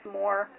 more